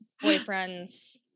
boyfriend's